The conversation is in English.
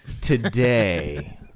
today